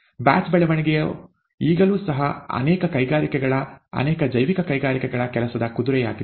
batch ಬೆಳವಣಿಗೆಯು ಈಗಲೂ ಸಹ ಅನೇಕ ಕೈಗಾರಿಕೆಗಳ ಅನೇಕ ಜೈವಿಕ ಕೈಗಾರಿಕೆಗಳ ಕೆಲಸದ ಕುದುರೆಯಾಗಿದೆ